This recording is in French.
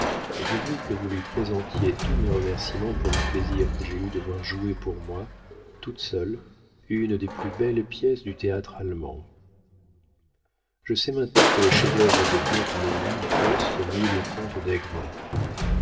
je veux que vous lui présentiez tous mes remercîments pour le plaisir que j'ai eu de voir jouer pour moi toute seule une des plus belles pièces du théâtre allemand je sais maintenant que le chef-d'œuvre de goethe n'est ni faust ni le comte